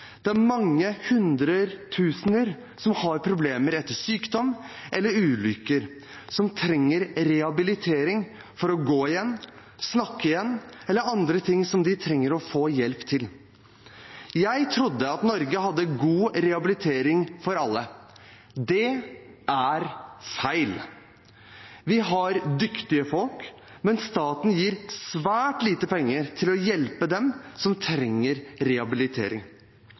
Det er mange hundretusener som har problemer etter sykdom eller ulykker, som trenger rehabilitering for å gå igjen, snakke igjen eller andre ting de trenger å få hjelp til. Jeg trodde at Norge hadde god rehabilitering for alle. Det er feil. Vi har dyktige folk, men staten gir svært lite penger til å hjelpe dem som trenger rehabilitering.